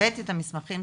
הבאתי את המסמכים,